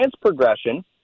progression